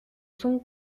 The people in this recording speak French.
son